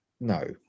no